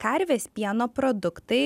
karvės pieno produktai